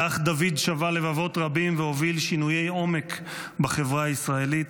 כך דוד שבה לבבות רבים והוביל שינויי עומק בחברה הישראלית,